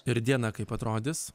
ir diena kaip atrodys